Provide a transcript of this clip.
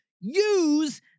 use